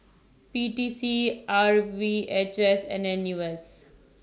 P T C R V H S and N U S